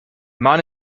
man